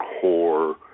core